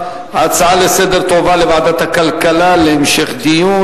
ההצעה לסדר-היום תועבר לוועדת הכלכלה להמשך דיון.